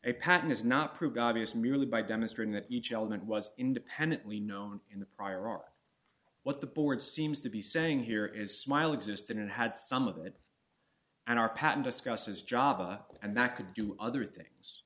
a patent is not proved obvious merely by demonstrating that each element was independently known in the prior art what the board seems to be saying here is smile existed and had some of it and our patent discusses jaba and that could do other things